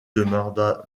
demanda